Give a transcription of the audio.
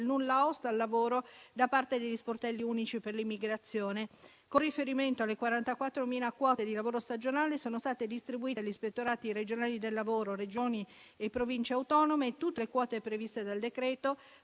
nulla osta al lavoro da parte degli sportelli unici per l'immigrazione. Con riferimento alle 44.000 quote di lavoro stagionale, sono state distribuite agli ispettorati generali del lavoro, Regioni e Province autonome tutte le quote previste dal decreto,